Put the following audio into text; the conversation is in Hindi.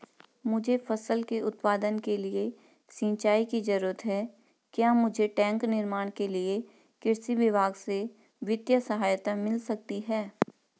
मुझे फसल के उत्पादन के लिए सिंचाई की जरूरत है क्या मुझे टैंक निर्माण के लिए कृषि विभाग से वित्तीय सहायता मिल सकती है?